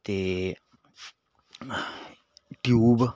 ਅਤੇ ਟਿਊਬ